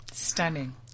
stunning